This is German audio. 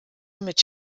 mit